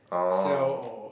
sell or